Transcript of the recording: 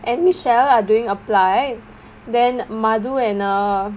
and michelle are doing applied then madu and uh